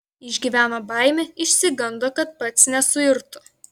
išgyveno baimę išsigando kad pats nesuirtų